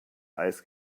eis